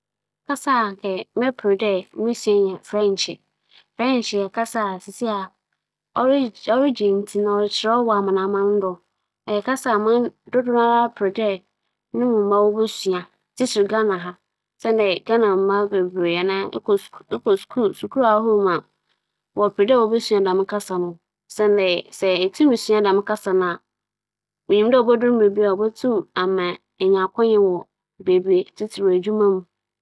Sɛ mobosua kasa fofor bi mprɛmprɛ yi ara nkyɛ frenkye kasa na mobosua osiandɛ dɛm kasa yi eba ebibir yi mu a nkorͻfo pii na sɛ edze pͻtͻ kasa no to nkyɛn a, wͻdze dɛm kasa yi dzi nkitaho dɛm ntsi mowͻ akwanya dɛ mobosua kasa fofor bi a, mebɛper dɛ mobosua frenkye kasa ama me nkitahodzi annkɛyɛ dzen amma me.